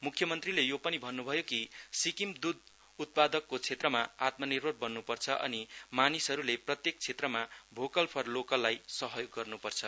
मुख्यमन्त्रीले यो पनि भन्नुभयो कि सिक्किम दुध उत्पादनको क्षेत्रमा आत्मानिर्भर बन्नुपर्छ अनि मानिसहरुले प्रत्येक क्षेत्रमा भोकल फर लोकललाई सहयोग गर्नुपर्छ